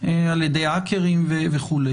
על ידי האקרים וכו'.